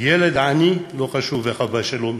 ילד עני, לא חשוב איך אבא שלו מתפלל,